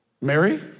Mary